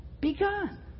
begun